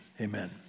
Amen